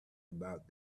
about